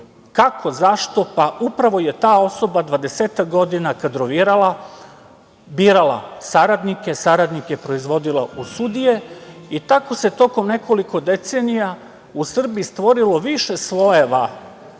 Kako, zašto? Upravo je ta osoba dvadesetak godina kadrovirala, birala saradnike, saradnike proizvodila u sudije i tako se tokom nekoliko decenija u Srbiji stvorilo više slojeva